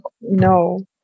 No